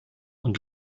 und